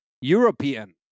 European